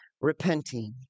repenting